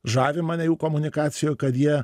žavi mane jų komunikacijoj kad jie